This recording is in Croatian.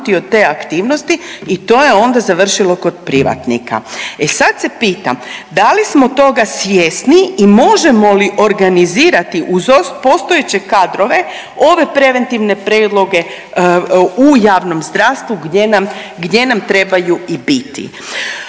od te aktivnosti i to je onda završilo kod privatnika. E, sad se pitam, da li smo toga svjesni i možemo li organizirati uz postojeće kadrove ove preventivne preglede u javnom zdravstvu gdje nam, gdje nam trebaju i biti.